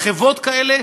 מחוות כאלה,